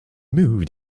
moved